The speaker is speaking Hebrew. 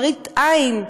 מראית עין,